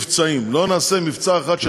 מבצעים" לא נעשה מבצע אחד של דירות קטנות,